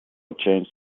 changed